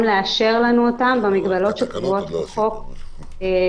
לאשר לנו אותן במגבלות שקבועות בחוק,